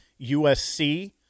USC